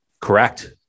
Correct